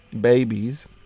babies